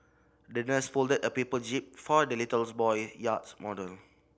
the nurse folded a paper jib for the little boy yacht model